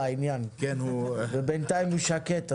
אני רגע רוצה להראות עוד נתון של חברות כרטיסי האשראי.